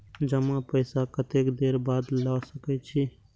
जमा पैसा कतेक देर बाद ला सके छी?